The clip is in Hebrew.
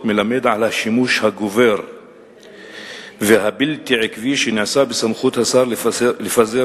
"מלמד על השימוש הגובר והבלתי עקבי שנעשה בסמכות השר לפזר